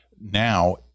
Now